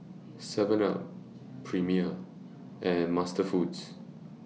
Seven up Premier and MasterFoods